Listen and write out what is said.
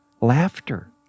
Laughter